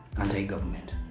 anti-government